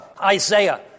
Isaiah